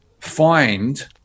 find